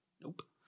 Nope